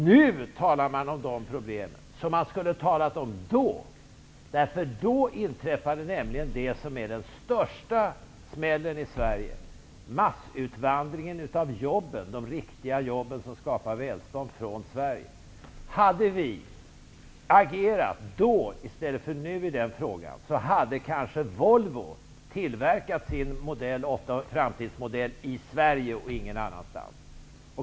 Nu talar man om de problemen, som man skulle ha talat om då. Då inträffade nämligen det som var den största smällen i Sverige, dvs. massutvandringen av jobb från Sverige -- de riktiga jobben, som skapar välstånd. Om man hade agerat då i stället för nu i den frågan, hade kanske Volvo tillverkat sin framtidsmodell i Sverige och ingen annanstans.